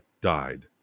died